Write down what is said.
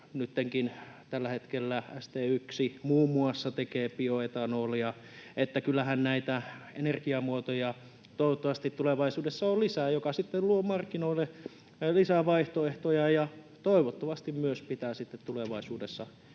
nyttenkin, tällä hetkellä, muun muassa St1 tekee bioetanolia. Eli kyllähän näitä energiamuotoja toivottavasti tulevaisuudessa on lisää, mikä sitten luo markkinoille lisää vaihtoehtoja ja toivottavasti myös pitää tulevaisuudessa